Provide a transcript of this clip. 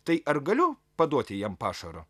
tai ar galiu paduoti jam pašaro